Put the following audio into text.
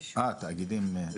אה, תאגידים?